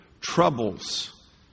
troubles